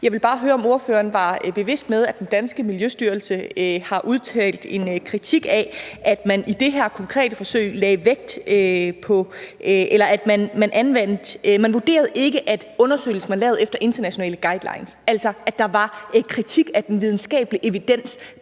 Jeg vil bare høre, om ordføreren er bekendt med, at den danske Miljøstyrelse har udtalt en kritik, i forhold til at man ikke vurderede, at undersøgelsen var lavet efter internationale guidelines, altså en kritik af den videnskabelig evidens